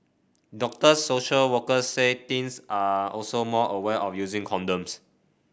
doctor social workers say teens are also more aware of using condoms